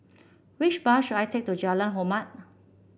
which bus should I take to Jalan Hormat